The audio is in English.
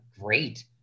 great